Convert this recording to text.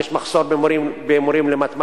יש מחסור במורים למתמטיקה,